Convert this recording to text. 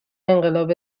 انقلاب